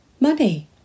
Money